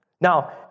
Now